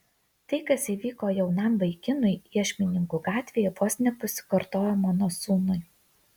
tai kas įvyko jaunam vaikinui iešmininkų gatvėje vos nepasikartojo mano sūnui